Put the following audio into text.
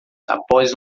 após